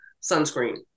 sunscreen